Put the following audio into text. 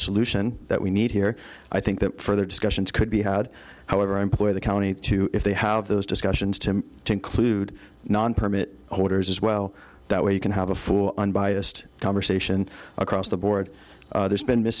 solution that we need here i think that further discussions could be had however i implore the county to if they have those discussions to to include non permit holders as well that way you can have a full unbiased conversation across the board there's been miss